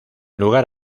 lugar